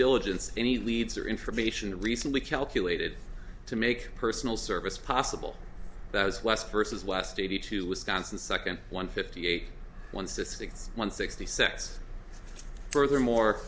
diligence any leads or information recently calculated to make personal service possible that is west versus west eighty two wisconsin second one fifty eight one suspects one sixty six furthermore